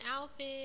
outfit